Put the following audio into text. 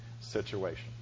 situation